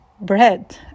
bread